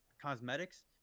cosmetics